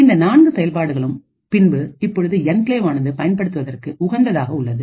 இந்த நான்கு செயல்பாடுகளுக்கும் பின்பு இப்பொழுது என்கிளேவ் ஆனது பயன்படுத்துவதற்கு உகந்ததாக உள்ளது